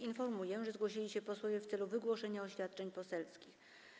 Informuję, że zgłosili się posłowie w celu wygłoszenia oświadczeń poselskich.